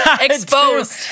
Exposed